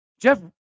Jeff